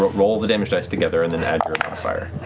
roll the damage dice together and then add your